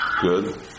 Good